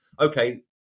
okay